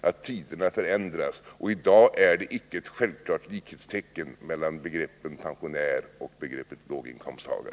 att tiderna förändras. I dag är det icke självklart att likhetstecken skall sättas mellan begreppet pensionärer och begreppet låginkomsttagare.